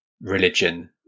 religion